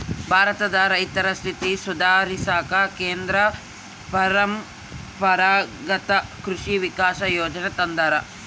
ಭಾರತದ ರೈತರ ಸ್ಥಿತಿ ಸುಧಾರಿಸಾಕ ಕೇಂದ್ರ ಪರಂಪರಾಗತ್ ಕೃಷಿ ವಿಕಾಸ ಯೋಜನೆ ತಂದಾರ